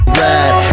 ride